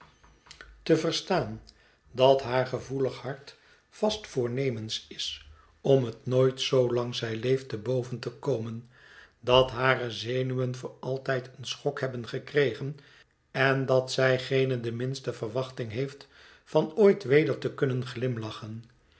au staan dat haar gevoelig hart vast voornemens is om het nooit zoolang zij leeft te hoven te komen dat hare zenuwen voor altijd een schok hehben gekregen en dat zij geene de minste verwachting heeft van ooit weder te kunnen glimlachen